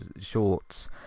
shorts